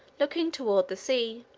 looking toward the sea.